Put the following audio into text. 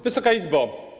Wysoka Izbo!